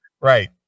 Right